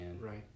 right